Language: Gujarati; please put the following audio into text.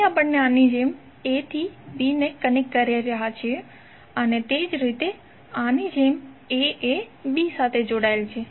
અહીં આપણે આની જેમ a થી b ને કનેક્ટ કરી રહ્યા છીએ અને તે જ રીતે આની જેમ a એ b સાથે જોડાયેલ છે